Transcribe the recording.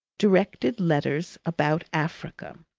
directed letters about africa.